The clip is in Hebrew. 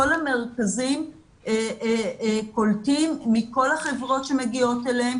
כל המרכזים קולטים מכל החברות שמגיעות אליהם